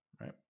right